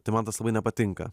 tai man tas labai nepatinka